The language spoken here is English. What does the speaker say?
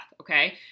okay